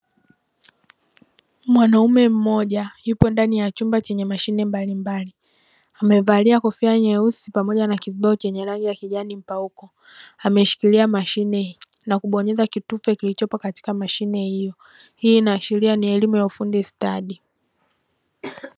Mwanaume mmoja yupo ndani ya chumba chenye mashine mbalimbali, amevalia kofia nyeusi pamoja na kizibao chenye rangi ya kijani mpauko. Ameshikilia mashine na kubonyeza kitufe kilichopo katika mashine hiyo. Hii inaashiria ni elimu ya ufundi stadi.